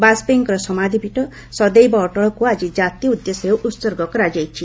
ବାଜପେୟୀଙ୍କ ସମାଧିପୀଠ ସଦୈବ୍ ଅଟଳକୁ ଆଜି କାତି ଉଦ୍ଦେଶ୍ୟରେ ଉତ୍ସର୍ଗ କରାଯାଇଛି